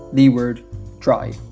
leeward dry,